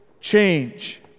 change